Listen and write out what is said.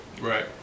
Right